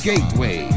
Gateway